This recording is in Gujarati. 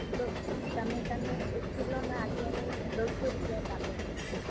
તો તમે તમે એક કિલ્લોના અત્યારે દોઢસો રૂપિયા ચાલે છે